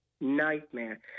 nightmare